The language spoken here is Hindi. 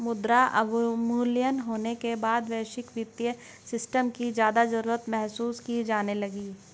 मुद्रा अवमूल्यन होने के बाद वैश्विक वित्तीय सिस्टम की ज्यादा जरूरत महसूस की जाने लगी